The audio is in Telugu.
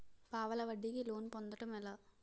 పావలా వడ్డీ కి లోన్ పొందటం ఎలా?